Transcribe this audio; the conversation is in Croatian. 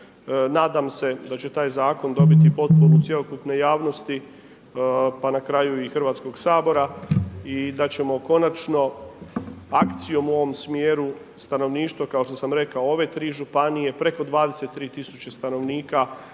Nadam se da će taj zakon dobiti potporu cjelokupne javnosti pa na kraju i Hrvatskog sabora i da ćemo konačno akcijom u ovom smjeru, stanovništvo kao što sam rekao ove tri županije, preko 23 tisuće stanovnika